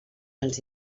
els